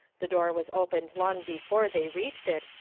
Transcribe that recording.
the door was opened long before they reached it,